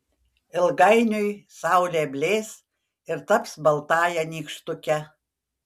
ilgainiui saulė blės ir taps baltąja nykštuke